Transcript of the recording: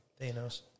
Thanos